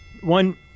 One